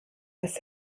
das